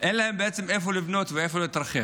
אין להם בעצם איפה לבנות ולאיפה להתרחב.